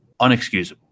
unexcusable